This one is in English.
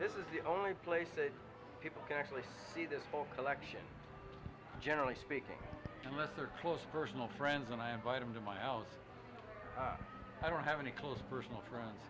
this is the only place that people can actually see this whole collection generally speaking to lesser close personal friends and i invite them to my own i don't have any close personal friends